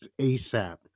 ASAP